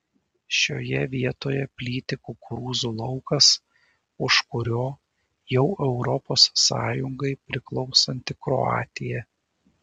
šioje vietoje plyti kukurūzų laukas už kurio jau europos sąjungai priklausanti kroatija